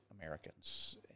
Americans